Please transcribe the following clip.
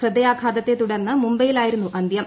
ഹൃദയാഘാതത്തെ തുടർന്ന് മുംബൈയിലാണ് അന്ത്യം